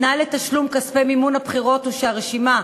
תנאי לתשלום כספי מימון בחירות הוא שהרשימה,